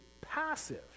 passive